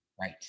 Right